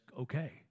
okay